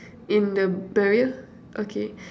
in the barrier okay